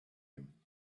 him